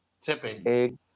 tipping